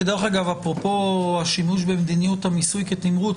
אפרופו השימוש במדיניות המיסוי כתמרוץ,